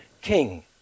king